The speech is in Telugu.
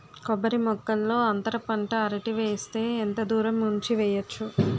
కొబ్బరి మొక్కల్లో అంతర పంట అరటి వేస్తే ఎంత దూరం ఉంచి వెయ్యొచ్చు?